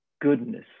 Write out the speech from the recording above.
goodness